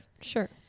sure